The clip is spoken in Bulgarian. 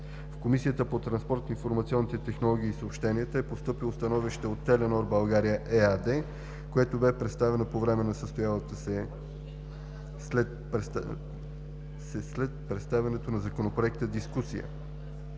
В Комисията по транспорт, информационни технологии и съобщения е постъпило становище от „Теленор България“ ЕАД, което бе представено по време на състоялата се след представянето на законопроекта дискусия.